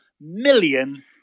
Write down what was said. million